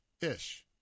ish